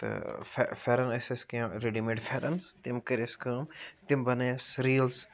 تہٕ پھیٚرَن ٲسۍ اَسہِ کینٛہہ ریڈی میڈ پھیٚرَن تِم کٔرۍ اَسہ کٲم تِم بَنٲے اَسہِ ریٖلٕز